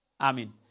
Amen